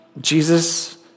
Jesus